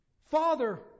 Father